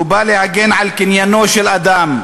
הוא בא להגן על קניינו של אדם,